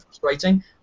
frustrating